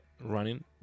running